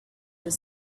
your